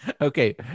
Okay